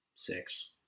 six